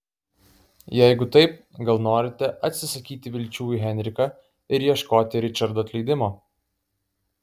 jeigu taip gal norite atsisakyti vilčių į henriką ir ieškoti ričardo atleidimo